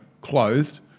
clothed